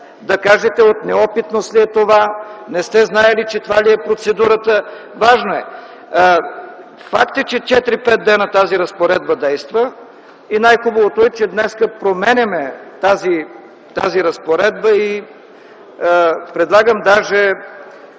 да кажете от неопитност ли е това, не сте знаели, че това е процедурата ли. Важно е. Факт е, че 4-5 дни тази разпоредба действа и най-хубавото е, че днес променяме тази разпоредба. Предлагам даже